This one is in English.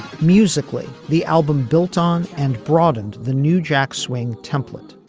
musically the album built on and broadened the new jack swing template.